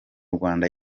rwanda